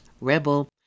Rebel